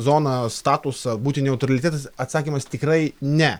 zoną statusą būti neutralitetas atsakymas tikrai ne